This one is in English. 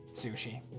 Sushi